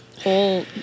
whole